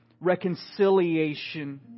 reconciliation